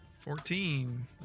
fourteen